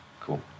cool